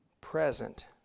present